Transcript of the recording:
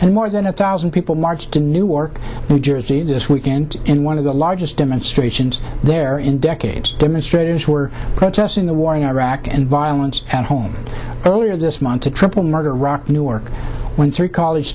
and more than a thousand people marched to newark new jersey this weekend in one of the largest demonstrations there in decades demonstrators were protesting the war in iraq and violence at home earlier this month a triple murder rocked new york when three college